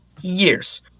Years